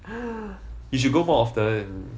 you should go more often